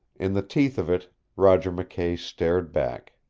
in the teeth of it roger mckay stared back.